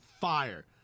fire